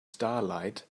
starlight